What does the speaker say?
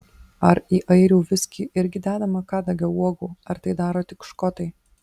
ar į airių viskį irgi dedama kadagio uogų ar tai daro tik škotai